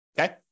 Okay